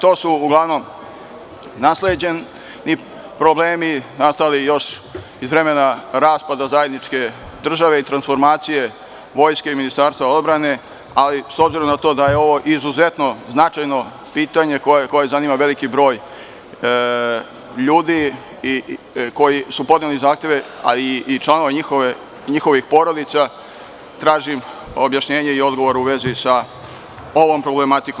To su uglavnom nasleđeni problemi nastali još iz vremena raspada zajedničke države i transformacije Vojske i Ministarstva odbrane, ali s obzirom da je ovo izuzetno značajno pitanje koje zanima veliki broj ljudi koji su podneli zahteve, ali i članove njihovih porodica, tražim objašnjenje i odgovor u vezi sa ovom problematikom.